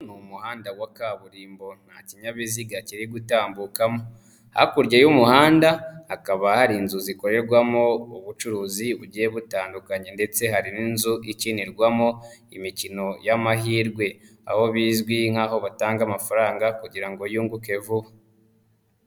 Ni umuhanda wa kaburimbo nta kinyabiziga kiri gutambukamo, hakurya y'umuhanda hakaba hari inzu zikorerwamo ubucuruzi bugiye butandukanye ndetse hari n'inzu ikinirwamo imikino y'amahirwe aho bizwi nk'aho batanga amafaranga kugira ngo yunguke vuba.